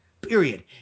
period